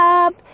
up